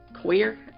queer